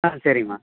ஆ சரிங்கம்மா